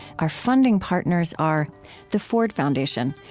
our funding partners are the ford foundation,